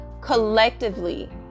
collectively